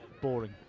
Boring